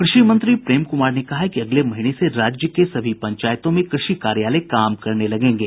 कृषि मंत्री प्रेम क्मार ने कहा है कि अगले महीने से राज्य के सभी पंचायतों में कृषि कार्यालय काम करने लगेंगे